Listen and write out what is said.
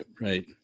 right